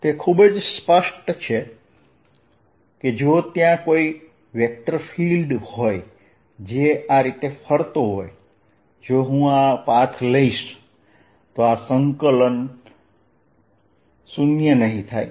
તે ખૂબ જ સ્પષ્ટ છે જો ત્યાં કોઈ વેક્ટર ફીલ્ડ હોય જે આ રીતે ફરતું હોય જો હું આ પાથ લઈશ તો આ સંકલન શૂન્ય નહીં થાય